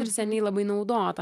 ir seniai labai naudota